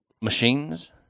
machines